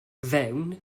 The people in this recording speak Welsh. fewn